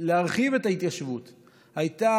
האפשרות היחידה להרחיב את ההתיישבות הייתה